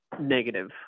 negative